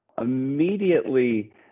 Immediately